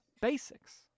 Basics